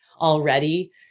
already